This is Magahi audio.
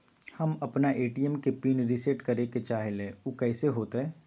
हम अपना ए.टी.एम के पिन रिसेट करे के चाहईले उ कईसे होतई?